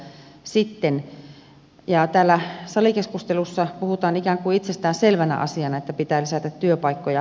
täällä salikeskustelussa puhutaan ikään kuin itsestään selvänä asiana että pitää lisätä työpaikkoja